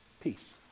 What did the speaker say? peace